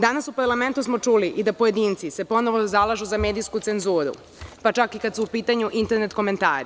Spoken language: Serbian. Danas u parlamentu smo čuli i da pojedinci se ponovo zalažu za medijsku cenzuru, pa čak i kada su u pitanju internet komentari.